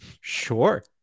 sure